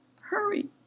Hurry